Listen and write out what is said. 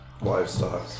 livestock